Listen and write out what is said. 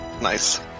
Nice